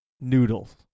noodles